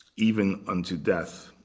even unto death.